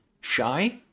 Shy